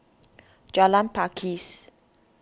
Jalan Pakis